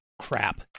Crap